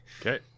Okay